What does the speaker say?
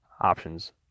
options